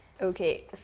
Okay